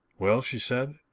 well, she said,